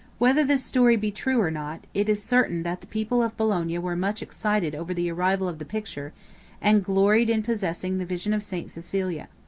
whether this story be true or not, it is certain that the people of bologna were much excited over the arrival of the picture and gloried in possessing the vision of st. cecilia.